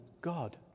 God